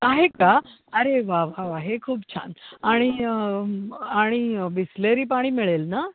आहे का अरे वा वा वा हे खूप छान आणि आणि बिसलेरी पाणी मिळेल ना